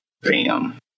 bam